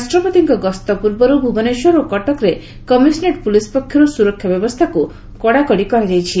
ରାଷ୍ଟ୍ରପତିଙ୍କ ଗସ୍ତ ପୂର୍ବରୁ ଭୁବନେଶ୍ୱର ଓ କଟକରେ କମିଶନରେଟ୍ ପୁଳିସ୍ ପକ୍ଷରୁ ସୁରକ୍ଷା ବ୍ୟବସ୍ତାକୁ କଡ଼ାକଡ଼ି କରାଯାଇଛି